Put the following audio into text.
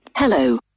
Hello